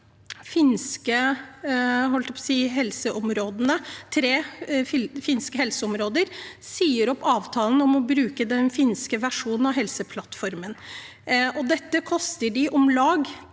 tre finske helseområder sier opp avtalen om å bruke den finske versjonen av Helseplattformen. Det koster dem om lag